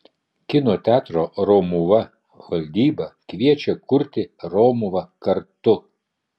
kino teatro romuva valdyba kviečia kurti romuvą kartu